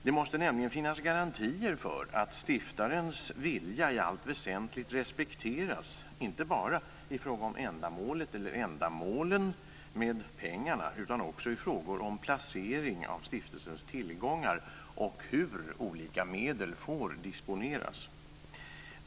Det måste nämligen finnas garantier för att stiftarens vilja i allt väsentligt respekteras, inte bara i fråga om ändamålet eller ändamålen med pengarna utan också i frågor om placering av stiftelsens tillgångar och hur olika medel får disponeras.